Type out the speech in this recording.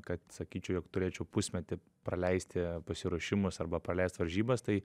kad sakyčiau jog turėčiau pusmetį praleisti pasiruošimus arba praleist varžybas tai